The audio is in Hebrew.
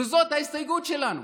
וזו ההסתייגות שלנו,